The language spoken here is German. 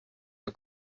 der